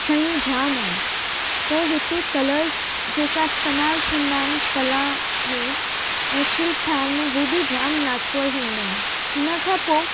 शयूं म आहिनि त हिते कलर्स जे जेका इस्तेमाल थींदा आहिनि कला में ऐं शिल्प ठाहिण में हू बि जाम नेचुरल हूंदा आहिनि हिनखां पोइ